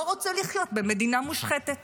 לא רוצה לחיות במדינה מושחתת